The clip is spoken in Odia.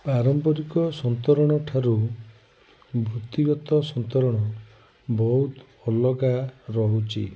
ପାରମ୍ପାରିକ ସନ୍ତରଣ ଠାରୁ ବୃତ୍ତିଗତ ସନ୍ତରଣ ବହୁତ ଅଲଗା ରହୁଛି